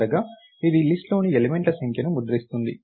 చివరగా ఇది లిస్ట్ లోని ఎలిమెంట్ల సంఖ్యను ముద్రిస్తుంది